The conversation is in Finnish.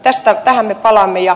tähän me palaamme